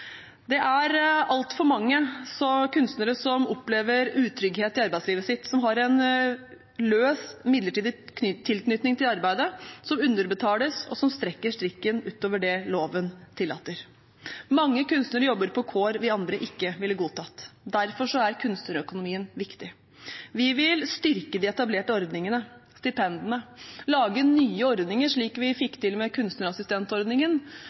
Det er altfor mange kunstnere som opplever utrygghet i arbeidslivet sitt, som har en løs, midlertidig tilknytning til arbeidslivet, som underbetales, og som strekker strikken utover det loven tillater. Mange kunstnere jobber under kår vi andre ikke ville godtatt. Derfor er kunstnerøkonomien viktig. Vi vil styrke de etablerte ordningene, stipendene, lage nye ordninger, slik vi fikk til med kunstnerassistentordningen,